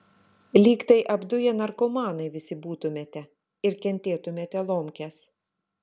lyg tai apduję narkomanai visi būtumėte ir kentėtumėte lomkes